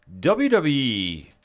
WWE